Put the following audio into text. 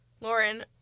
lauren